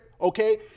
okay